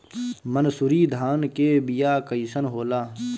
मनसुरी धान के बिया कईसन होला?